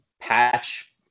patch